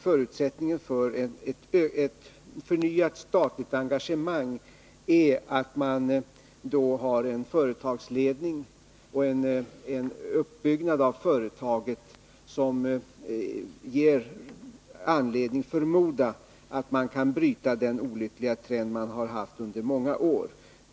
Förutsättningen för ett förnyat statligt engagemang är att det finns en företagsledning och en uppbyggnad av företaget som ger anledning förmoda, att man kan bryta den olyckliga trend som rått under många år.